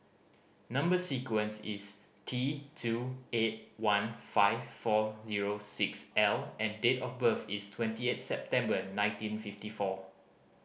number sequence is T two eight one five four zero six L and date of birth is twenty eight September nineteen fifty four